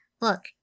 look